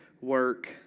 work